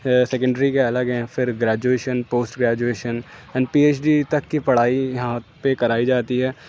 secondary کے الگ ہیں پھر graduation post graduation and P H D تک کی پڑھائی یہاں پہ کرائی جاتی ہے